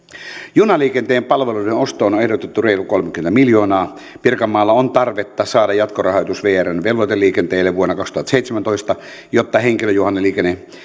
junaliikenteen palveluiden ostoon on ehdotettu reilu kolmekymmentä miljoonaa pirkanmaalla on tarvetta saada jatkorahoitus vrn velvoiteliikenteelle vuonna kaksituhattaseitsemäntoista jotta henkilöjunaliikenne